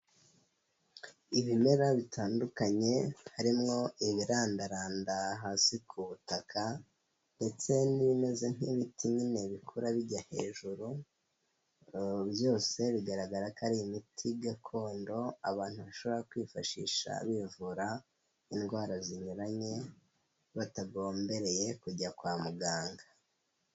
Ibimera bitandukanye harimo ibirandaranda hasi ku butaka, ndetse n'ibimeze nk'ibiti nyine bikura bijya hejuru, byose bigaragara ko ari imiti gakondo abantu bashobora kwifashisha bivura indwara zinyuranye, batagombereye kujya kwa muganga.